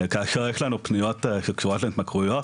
כאשר יש לנו פניות שקשורות להתמכרויות